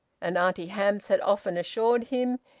and auntie hamps had often assured him,